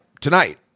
tonight